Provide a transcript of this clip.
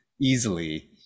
easily